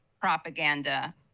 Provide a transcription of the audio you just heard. propaganda